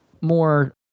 more